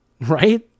Right